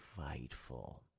fightful